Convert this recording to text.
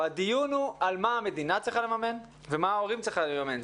הדיון הוא על מה המדינה צריכה לממן ומה ההורים צריכים לממן.